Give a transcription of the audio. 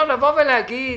לבוא ולהגיד